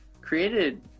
created